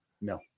no